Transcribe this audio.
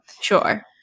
sure